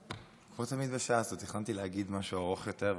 כמו תמיד בשעה הזו תכננתי להגיד משהו ארוך יותר,